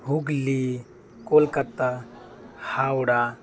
Hooghly Kolkata Howrah